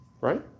right